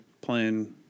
Playing